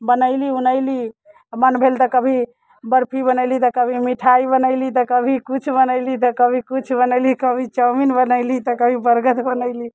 बनयली उनयली आ मन भेल तऽ कभी बर्फी बनैली तऽ कभी मिठाइ बनैली तऽ कभी किछु बनैली तऽ कभी किछु बनैली तऽ कभी चाऊमीन बनैली तऽ कभी बर्गर बनैली